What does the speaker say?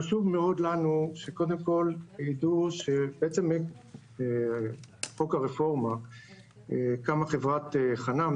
חשוב מאוד לנו שקודם כל ידעו שבעצם מחוק הרפורמה קמה חברת חנ"מ,